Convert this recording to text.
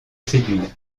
séduire